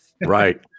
right